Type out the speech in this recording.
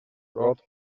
rode